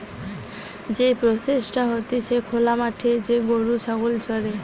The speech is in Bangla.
যেই প্রসেসটা হতিছে খোলা মাঠে যে গরু ছাগল চরে